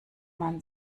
man